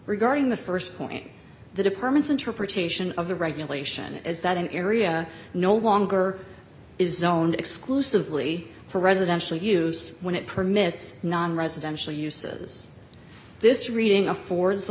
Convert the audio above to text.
regarding the st point the department's interpretation of the regulation is that an area no longer is known exclusively for residential use when it permits nonresidential uses this reading affords the